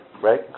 right